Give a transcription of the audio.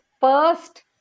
first